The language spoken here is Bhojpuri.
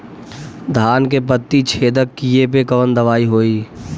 धान के पत्ती छेदक कियेपे कवन दवाई होई?